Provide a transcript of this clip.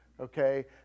okay